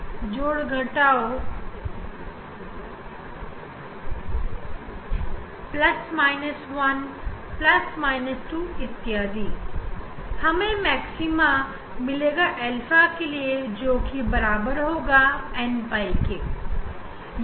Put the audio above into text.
दोनों है जोड़ घटाओ 1 2 etc हमें मैक्स ना मिलेगी अल्फा के लिए जोकि बराबर होगी n pi के